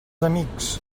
amics